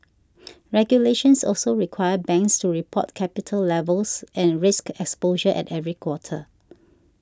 regulations also require banks to report capital levels and risk exposure at every quarter